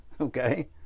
okay